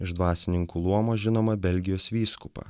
iš dvasininkų luomo žinomą belgijos vyskupą